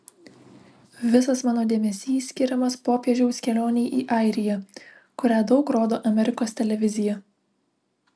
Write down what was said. visas mano dėmesys skiriamas popiežiaus kelionei į airiją kurią daug rodo amerikos televizija